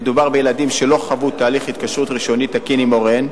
מדובר בילדים שלא חוו תהליך התקשרות ראשוני תקין עם הוריהם.